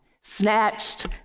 snatched